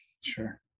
Sure